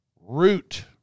root